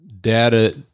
data